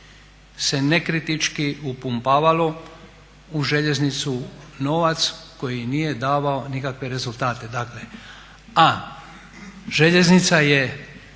se ne kritički upumpavalo u željeznicu novac koji nije davao nikakve rezultate. A željeznica je